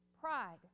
Pride